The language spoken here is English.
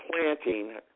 planting